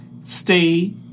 Stay